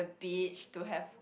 beach to have